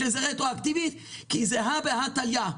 כי הא בהא תליא.